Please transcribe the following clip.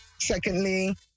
secondly